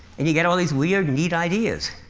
and you get all these weird, neat ideas.